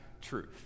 truth